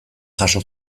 jaso